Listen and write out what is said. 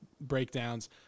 breakdowns